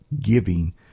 giving